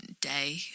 day